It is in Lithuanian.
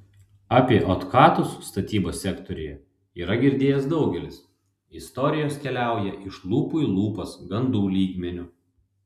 apie otkatus statybos sektoriuje yra girdėjęs daugelis istorijos keliauja iš lūpų į lūpas gandų lygmeniu